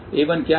a1 क्या है